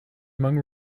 among